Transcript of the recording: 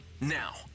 Now